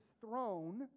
throne